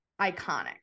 Iconic